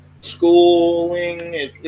schooling